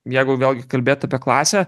jeigu vėlgi kalbėt apie klasę